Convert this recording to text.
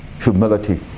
humility